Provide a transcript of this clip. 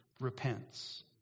repents